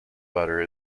butter